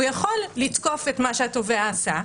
הוא יכול לתקוף את מה שהתובע עשה.